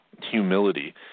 humility